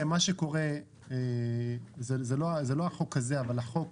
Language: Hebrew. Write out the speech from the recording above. מה שקורה, זה לא החוק הזה אבל החוק